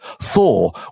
Thor